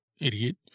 idiot